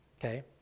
okay